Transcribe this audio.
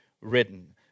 written